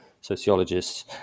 sociologists